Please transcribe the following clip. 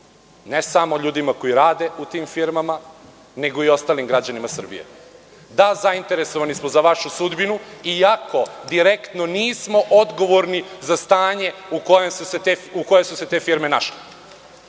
ne samo ljudima koji rade u tim firmama, nego i ostalim građanima Srbije – da, zainteresovani smo za vašu sudbinu iako direktno nismo odgovorni za stanje u kojem su se te firme našle.